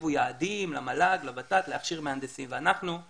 הציבו יעדים למל"ג לוות"ת להכשיר מהנדסים ואנחנו,